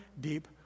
deep